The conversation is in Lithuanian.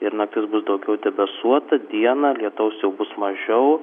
ir naktis bus daugiau debesuota dieną lietaus jau bus mažiau